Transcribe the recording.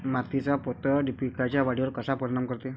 मातीचा पोत पिकाईच्या वाढीवर कसा परिनाम करते?